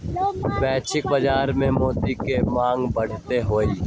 वैश्विक बाजार में मोती के मांग बढ़ते हई